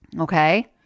Okay